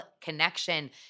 connection